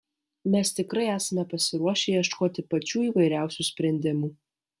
mes tikrai esame pasiruošę ieškoti pačių įvairiausių sprendimų